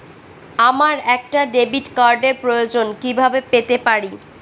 আমার একটা ডেবিট কার্ডের প্রয়োজন কিভাবে পেতে পারি?